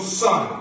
son